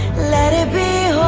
let it be